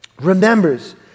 remembers